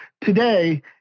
Today